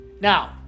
Now